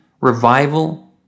revival